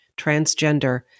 transgender